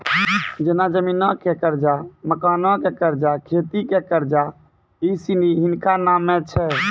जेना जमीनो के कर्जा, मकानो के कर्जा, खेती के कर्जा इ सिनी हिनका नामे छै